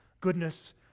goodness